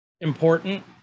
important